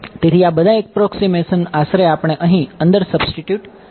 તેથી આ બધા એપ્રોક્સીમેશન આશરે આપણે અહીં અંદર સબ્સ્ટિટ્યુટ કરી શકીએ